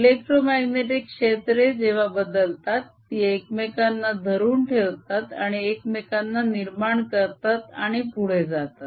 electromagnetic क्षेत्रे जेव्हा बदलतात ती एकमेकांना धरून ठेवतात आणि एकमेकांना निर्माण करतात आणि पुढे जातात